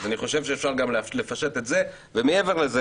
אני חושב שאפשר גם לפשט את זה ומעבר לזה,